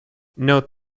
note